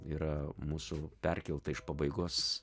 yra mūsų perkelta iš pabaigos